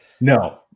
No